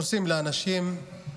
הורסים לאנשים,